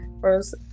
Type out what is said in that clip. first